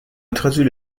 introduit